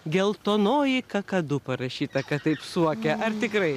geltonoji kakadu parašyta kad taip suokia ar tikrai